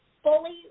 fully